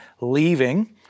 leaving